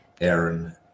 Aaron